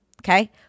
okay